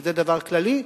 שזה דבר כללי,